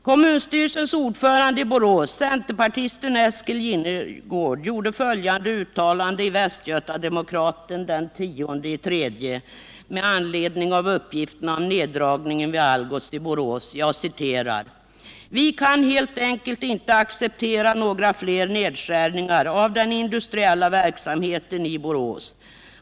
Kommunstyrelsens ordförande i Borås, centerpartisten Eskil Jinnergård, gjorde följande uttalande i Västgöta-Demokraten den 10 mars 1978 med anledning av uppgifterna om neddragningen vid Algots i Borås: ”Vi kan helt enkelt inte acceptera några fler nedskärningar av den industriella verksamheten i Borås.